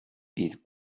bydd